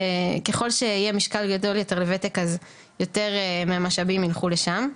וככל שיהיה משקל גדול יותר לוותק אז יותר מהמשאבים ילכו לשם.